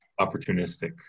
Opportunistic